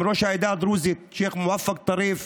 עם ראש העדה הדרוזית שייח' מואפק טריף